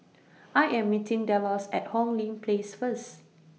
I Am meeting Delos At Hong Lee Place First